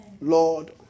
Lord